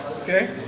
Okay